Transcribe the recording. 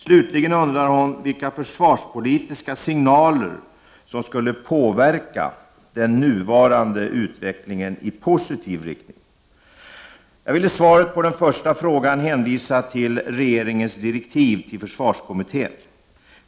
Slutligen undrar hon vilka försvarspolitiska ”signaler” som skulle påverka den nuvarande utvecklingen i positiv riktning. Jag vill i svaret på den första frågan hänvisa till regeringens direktiv till försvarskommittén.